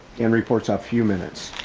in reports a few minutes.